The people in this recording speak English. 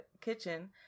kitchen